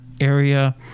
area